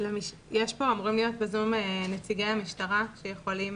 אמורים להיות בזום נציגי המשטרה שיכולים